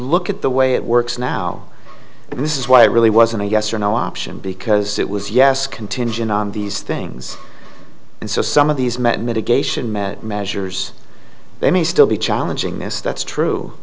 look at the way it works now and this is why it really wasn't a yes or no option because it was yes contingent on these things and so some of these met mitigation met measures they may still be challenging yes that's true